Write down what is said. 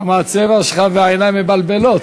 למה הצבע שלך, והעיניים, מבלבלים.